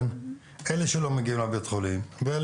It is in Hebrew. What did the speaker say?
לגבי אלה שלא מגיעים לבית החולים ולא